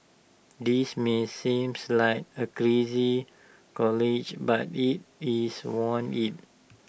this may seems like A crazy college but IT is want IT